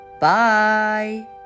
Bye